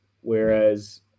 whereas